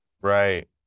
right